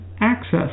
access